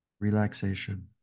relaxation